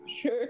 sure